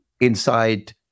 inside